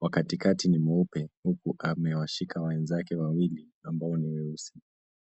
Wa katikati ni mweupe huku amewashika wenzake wawili ambao ni weusi.